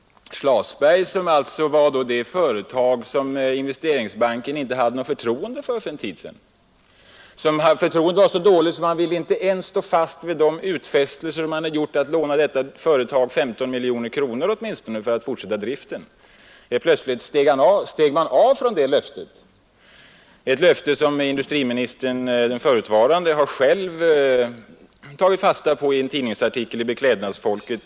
Schlasbergs är alltså det företag som investeringsbanken för någon tid sedan inte hade något förtroende för. Förtroendet var så dåligt att man inte ens ville stå fast vid de utfästelser man hade gjort att låna detta företag åtminstone 15 miljoner kronor för att fortsätta driften. Man steg helt plötsligt av från detta löfte, som den förutvarande industriministern själv hade tagit fasta på i en tidningsartikel i nr 10/1970 av Beklädnadsfolket.